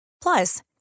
Plus